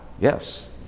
Yes